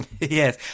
Yes